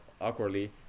awkwardly